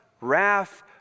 wrath